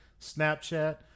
snapchat